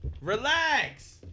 Relax